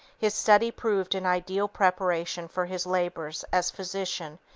his study proved an ideal preparation for his labors as physician,